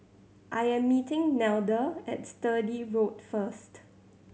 I am meeting Nelda at Sturdee Road first